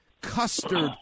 custard